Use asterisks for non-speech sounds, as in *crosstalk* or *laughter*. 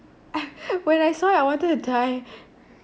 *coughs* when I saw it I wanted to die